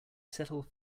settled